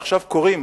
ועכשיו קוראים